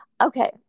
Okay